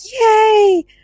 Yay